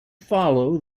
follow